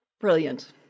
brilliant